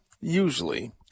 usually